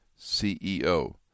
CEO